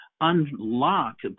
unlock